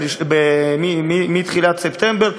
מתחילת ספטמבר,